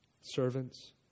Servants